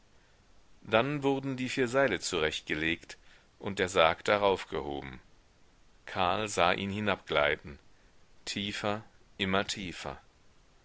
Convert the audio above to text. dann wurden die vier seile zurechtgelegt und der sarg darauf gehoben karl sah ihn hinabgleiten tiefer immer tiefer